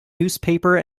newspaper